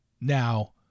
Now